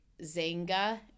Zanga